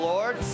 Lord